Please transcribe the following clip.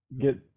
get